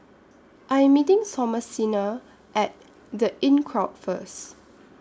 I Am meeting Thomasina At The Inncrowd First